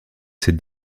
cette